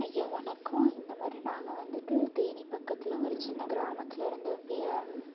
ஐயா வணக்கம் இந்த மாதிரி நாங்கள் வந்துட்டு தேனி பக்கத்தில் ஒரு சின்ன கிராமத்தில் இருந்து பிஏ